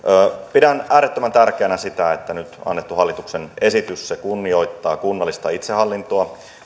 pidän äärettömän tärkeänä sitä että nyt annettu hallituksen esitys kunnioittaa kunnallista itsehallintoa